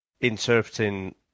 interpreting